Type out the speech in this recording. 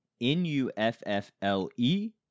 N-U-F-F-L-E